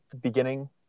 beginning